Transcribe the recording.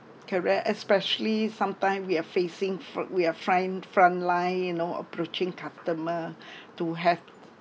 correct especially sometime we're facing fr~ we are front~ front line you know approaching customer to have